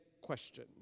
question